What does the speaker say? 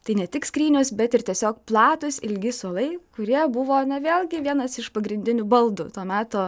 tai ne tik skrynios bet ir tiesiog platūs ilgi suolai kurie buvo na vėlgi vienas iš pagrindinių baldų to meto